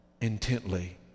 intently